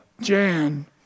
Jan